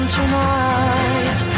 Tonight